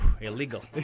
Illegal